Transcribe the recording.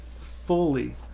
fully